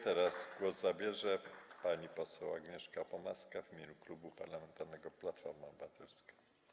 Teraz głos zabierze pani poseł Agnieszka Pomaska w imieniu Klubu Parlamentarnego Platforma Obywatelska.